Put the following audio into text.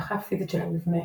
אבטחה פיזית של המבנה